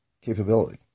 capability